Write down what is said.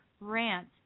rant